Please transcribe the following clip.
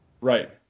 Right